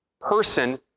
person